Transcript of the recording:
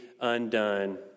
undone